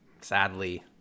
Sadly